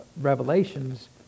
revelations